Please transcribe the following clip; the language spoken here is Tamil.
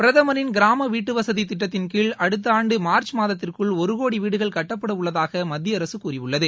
பிரதமரின் கிராம வீட்டுவசதி திட்டத்தின்கீழ் அடுத்த ஆண்டு மார்ச் மாதத்திற்குள் ஒரு கோடி வீடுகள் கட்டப்பட உள்ளதாக மத்திய அரசு கூறியுள்ளது